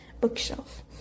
bookshelf